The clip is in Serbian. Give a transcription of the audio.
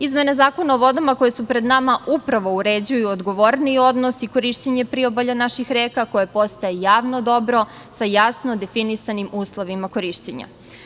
Izmene Zakona o vodama koje su ped nama, upravo uređuju odgovorniji odnos i korišćenje priobalja naših reka, koje postaje javno dobro, sa jasno definisanim uslovima korišćenja.